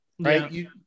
right